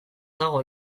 dago